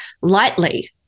lightly